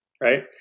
Right